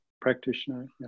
practitioner